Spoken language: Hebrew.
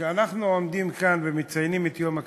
כשאנחנו עומדים כאן ומציינים את יום הקשיש,